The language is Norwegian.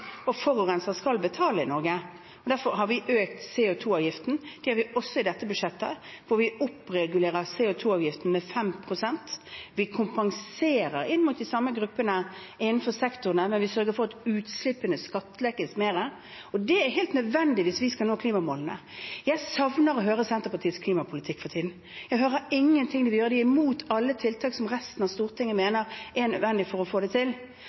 Og forurenser skal betale i Norge. Derfor har vi økt CO 2 -avgiften, og det gjør vi også i dette budsjettet, hvor vi oppregulerer CO 2 -avgiften med 5 pst. Vi kompenserer inn mot de samme gruppene innenfor sektorene, men vi sørger for at utslippene skattlegges mer. Det er helt nødvendig hvis vi skal nå klimamålene. Jeg savner å høre Senterpartiets klimapolitikk for tiden. Jeg hører ingenting de vil gjøre. De er imot alle tiltak som resten av Stortinget mener er nødvendig for å få det til,